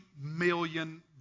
million